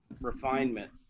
refinement